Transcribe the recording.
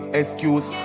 excuse